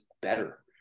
better